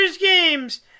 games